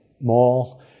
mall